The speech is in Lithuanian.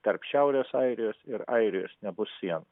tarp šiaurės airijos ir airijos nebus sienų